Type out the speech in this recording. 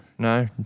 No